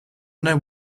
know